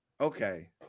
Okay